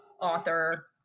author